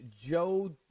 Joe